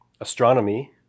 astronomy